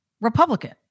Republican